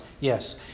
yes